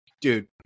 Dude